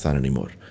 anymore